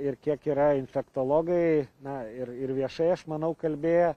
ir kiek yra infektologai na ir ir viešai aš manau kalbėję